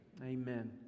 amen